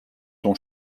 ton